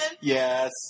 Yes